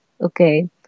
okay